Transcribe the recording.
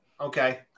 Okay